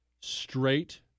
straight